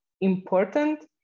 important